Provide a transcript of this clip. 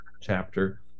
chapter